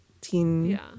teen